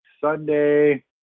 Sunday